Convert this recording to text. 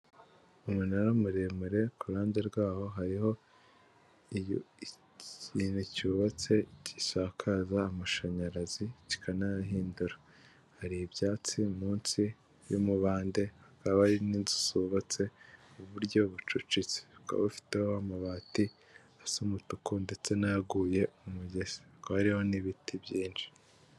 Umunara muremure kuruhande rwaho hariho ikintu cyubatse gisakaza amashanyarazi kikanayahindura hari ibyatsi munsi y'umubande hakaba hari n'inzu zubatse muburyo bucucitse ukaba ufiteho amabati asa umutuku ndetse n'ayaguye mu umugezi hakaba hariho n'ibiti byinshi